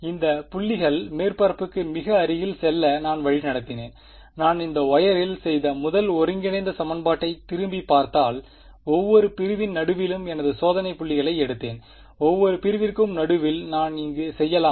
இந்த புள்ளிகள் மேற்பரப்புக்கு மிக அருகில் செல்ல நான் வழிநடத்தினேன் நான் அந்த வொயரில் செய்த முதல் ஒருங்கிணைந்த சமன்பாட்டைத் திரும்பிப் பார்த்தால் ஒவ்வொரு பிரிவின் நடுவிலும் எனது சோதனை புள்ளிகளை எடுத்தேன் ஒவ்வொரு பிரிவிற்கும் நடுவில் நான் இங்கு செய்யலாமா